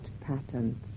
patterns